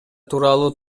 тууралуу